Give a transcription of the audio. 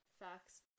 Facts